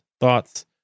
thoughts